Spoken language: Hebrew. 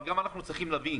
אבל גם אנחנו צריכים להבין.